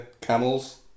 camels